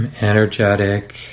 energetic